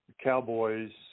cowboys